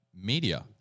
media